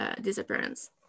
disappearance